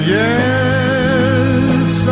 yes